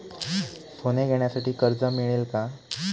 सोने घेण्यासाठी कर्ज मिळते का?